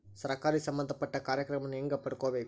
ಸರಕಾರಿ ಸಂಬಂಧಪಟ್ಟ ಕಾರ್ಯಕ್ರಮಗಳನ್ನು ಹೆಂಗ ಪಡ್ಕೊಬೇಕು?